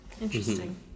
Interesting